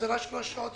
וחזרה שלוש שעות.